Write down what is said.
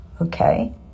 okay